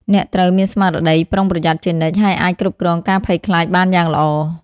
អ្នកត្រូវមានស្មារតីប្រុងប្រយ័ត្នជានិច្ច ហើយអាចគ្រប់គ្រងការភ័យខ្លាចបានយ៉ាងល្អ។